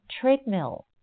treadmill